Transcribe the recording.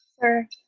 Sir